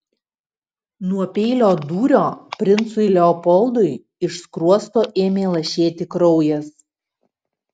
nuo peilio dūrio princui leopoldui iš skruosto ėmė lašėti kraujas